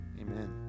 amen